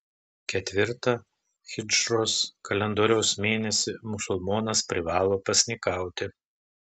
ketvirtą hidžros kalendoriaus mėnesį musulmonas privalo pasninkauti